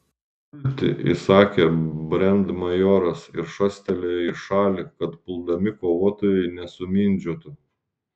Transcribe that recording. pulti įsakė brandmajoras ir šastelėjo į šalį kad puldami kovotojai nesumindžiotų